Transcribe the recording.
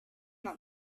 not